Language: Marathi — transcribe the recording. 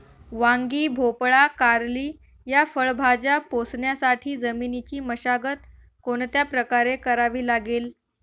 वांगी, भोपळा, कारली या फळभाज्या पोसण्यासाठी जमिनीची मशागत कोणत्या प्रकारे करावी लागेल?